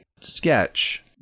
Sketch